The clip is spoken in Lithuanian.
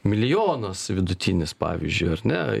milijonas vidutinis pavyzdžiui ar ne